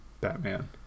Batman